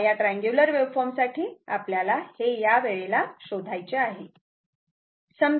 आता या triangular waveform साठी आपल्याला हे यावेळेला शोधायचे आहे